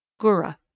Gura